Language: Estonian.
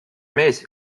mees